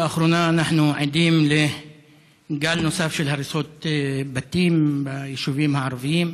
לאחרונה אנחנו עדים לגל נוסף של הריסות בתים ביישובים הערביים,